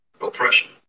oppression